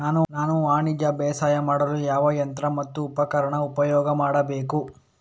ನಾನು ವಾಣಿಜ್ಯ ಬೇಸಾಯ ಮಾಡಲು ಯಾವ ಯಂತ್ರ ಮತ್ತು ಉಪಕರಣ ಉಪಯೋಗ ಮಾಡಬೇಕು?